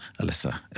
Alyssa